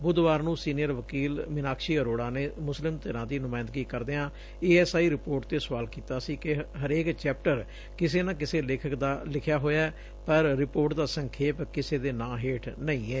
ਬੂਧਵਾਰ ਨੂੰ ਸੀਨੀਅਰ ਵਕੀਲ ਮੀਨਾਕਸ਼ੀ ਅਰੋੜਾ ਨੇ ਮੁਸਲਿਮ ਧਿਰਾਂ ਦੀ ਨੁਮਾਇੰਦਗੀ ਕਰਇਆਂ ਏ ਐਸ ਆਈ ਰਿਪੋਰਟ ਤੇ ਸੁਆਲ ਕੀਤਾ ਸੀ ਕਿ ਹਰੇਕ ਚੈਪਟਰ ਕਿਸੇ ਨਾ ਕਿਸੇ ਲੇਖਕ ਦਾ ਲਿਖਿਆ ਹੋਇਆ ਏ ਪਰ ਰਿਪੋਰਟ ਦਾ ਸੰਖੇਪ ਕਿਸੇ ਦੇ ਨਾਂ ਹੇਠ ਨਹੀਂ ਏ